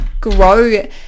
grow